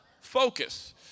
focus